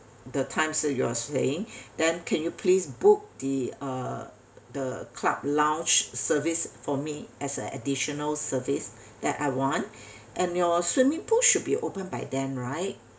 the times that you are saying then can you please book the uh the club lounge service for me as an additional service that I want and your swimming pool should be open by then right